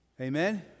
Amen